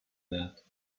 that